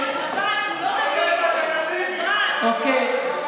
ניר אורבך, שהוא לא מבין.